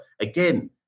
again